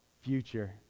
Future